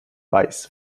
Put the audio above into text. weiß